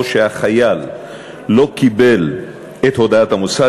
או שהחייל לא קיבל את הודעת המוסד,